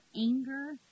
anger